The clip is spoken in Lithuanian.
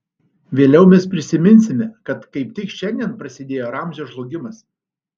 vėliau mes prisiminsime kad kaip tik šiandien prasidėjo ramzio žlugimas